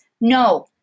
No